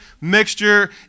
mixture